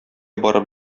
барып